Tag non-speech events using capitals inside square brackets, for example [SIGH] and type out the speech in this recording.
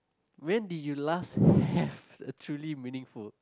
when did you last [BREATH] have a truly meaningful